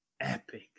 epic